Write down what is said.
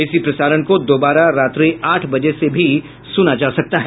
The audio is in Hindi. इसी प्रसारण को दोबारा रात्रि आठ बजे से भी सुना जा सकता है